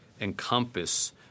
encompass